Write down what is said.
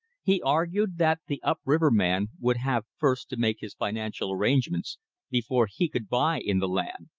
he argued that the up-river man would have first to make his financial arrangements before he could buy in the land,